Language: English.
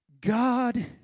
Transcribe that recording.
God